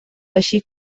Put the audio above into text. així